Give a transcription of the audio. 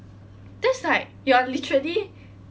that's like you are literally